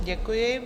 Děkuji.